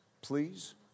please